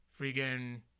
freaking